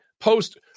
post